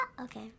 okay